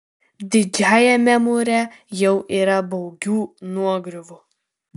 didžiajame mūre jau yra baugių nuogriuvų